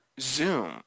Zoom